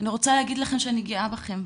אני רוצה להגיד לכן שאני גאה בכן.